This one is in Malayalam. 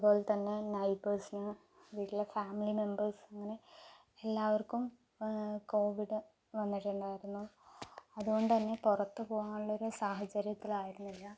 അതുപോലെത്തന്നെ നൈബേഴ്സിനും വീട്ടിലെ ഫാമിലി മെമ്പേഴ്സിന് എല്ലാവർക്കും കോവിഡ് വന്നിട്ടുണ്ടായിരുന്നു അതുകൊണ്ടുത്തന്നെ പുറത്തു പോകാനുള്ള സാഹചര്യത്തിലായിരുന്നില്ല